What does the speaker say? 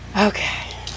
Okay